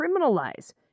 criminalize